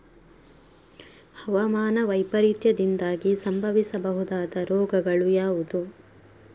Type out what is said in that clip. ಹವಾಮಾನ ವೈಪರೀತ್ಯದಿಂದಾಗಿ ಸಂಭವಿಸಬಹುದಾದ ರೋಗಗಳು ಯಾವುದು?